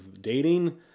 dating